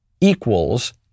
equals